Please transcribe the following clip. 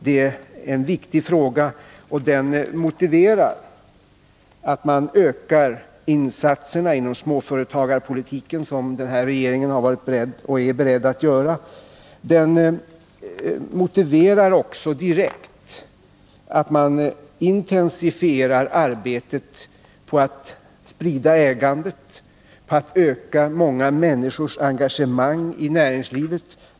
Det är en viktig fråga, och den motiverar att man ökar insatserna inom småföretagarpolitiken — som den här regeringen har varit beredd och är beredd att göra. Den motiverar också direkt att man intensifierar arbetet på att sprida ägandet, att öka många människors engagemang i näringslivet.